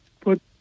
put